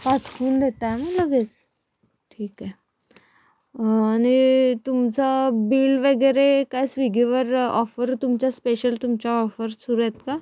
पाठवून देत आहे ना लगेच ठीक आहे आणि तुमचा बिल वगैरे काय स्विगीवर ऑफर तुमच्या स्पेशल तुमच्या ऑफर्स सुरू आहेत का